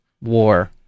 war